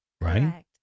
right